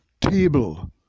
table